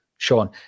Sean